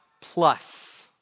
plus